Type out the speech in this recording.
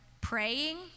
praying